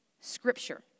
Scripture